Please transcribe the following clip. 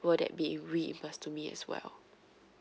will that be reimburse to me as well